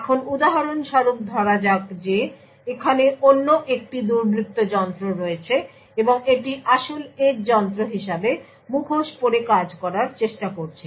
এখন উদাহরণ স্বরূপ ধরা যাক যে এখানে অন্য একটি দুর্বৃত্ত যন্ত্র রয়েছে এবং এটি আসল এজ যন্ত্র হিসাবে মুখোশ পরে কাজ করার চেষ্টা করছে